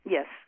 Yes